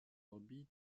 orbites